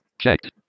Checked